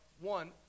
one